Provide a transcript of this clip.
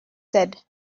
said